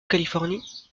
californie